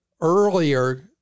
earlier